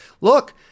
Look